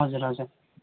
हजुर हजुर